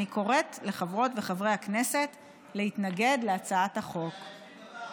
אני קוראת לחברות וחברי הכנסת להתנגד להצעת החוק.